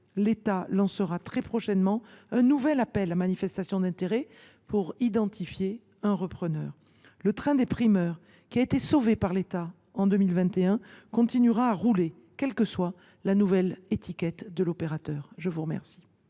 l’État lancera très prochainement un nouvel appel à manifestation d’intérêt pour identifier un repreneur. Le train des primeurs, qui a été sauvé par l’État en 2021, continuera de rouler quelle que soit la nouvelle étiquette de l’opérateur. La parole